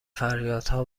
فریادها